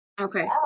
Okay